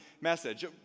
message